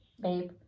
babe